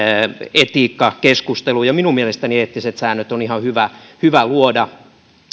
etiikkakeskusteluun minun mielestäni eettiset säännöt on ihan hyvä hyvä luoda